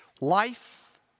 life